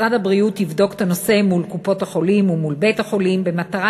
משרד הבריאות יבדוק את הנושא מול קופות-החולים ומול בית-החולים במטרה